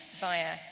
via